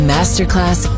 Masterclass